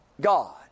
God